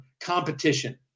competition